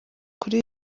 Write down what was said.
kuri